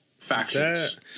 Factions